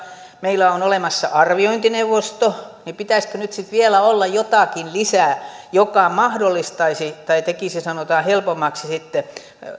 meillä on olemassa arviointineuvosto pitäisikö nyt sitten vielä olla jotakin lisää joka mahdollistaisi tai tekisi sanotaan helpommaksi sitten sen